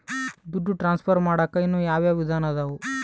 ದುಡ್ಡು ಟ್ರಾನ್ಸ್ಫರ್ ಮಾಡಾಕ ಇನ್ನೂ ಯಾವ ಯಾವ ವಿಧಾನ ಅದವು?